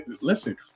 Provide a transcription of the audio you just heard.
Listen